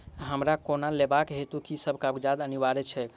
हमरा लोन लेबाक हेतु की सब कागजात अनिवार्य छैक?